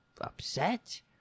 upset